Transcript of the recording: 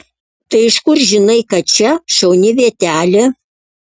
tai iš kur žinai kad čia šauni vietelė